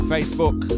Facebook